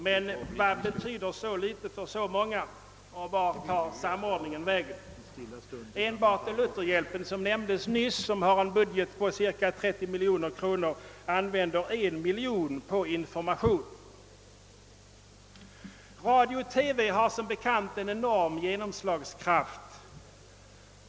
Men vad betyder så litet för så många och vart tar samordningen vägen? Enbart Lutherhjälpen, som nämndes nyss och som har en budget på cirka 30 miljoner kronor, använder 1 miljon kronor på information. Radio och TV har som bekant en enorm genomslagskraft.